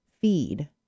feed